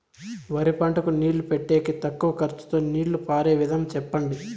వరి పంటకు నీళ్లు పెట్టేకి తక్కువ ఖర్చుతో నీళ్లు పారే విధం చెప్పండి?